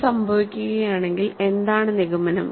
ഇത് സംഭവിക്കുകയാണെങ്കിൽ എന്താണ് നിഗമനം